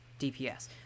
DPS